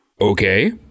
Okay